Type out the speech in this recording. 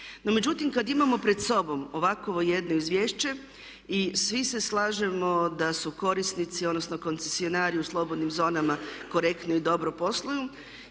međutim, kad imamo pred sobom ovakvo jedno izvješće i svi se slažemo da su korisnici odnosno koncesionari u slobodnim zonama korektno i dobro posluju.